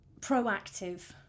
Proactive